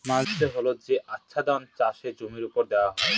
mulch হল যে আচ্ছাদন চাষের জমির ওপর দেওয়া হয়